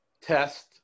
test